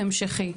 המשכי?